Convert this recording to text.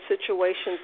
situations